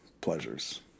pleasures